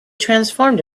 transformed